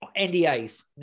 NDAs